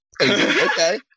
Okay